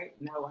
No